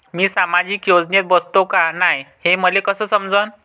मी सामाजिक योजनेत बसतो का नाय, हे मले कस समजन?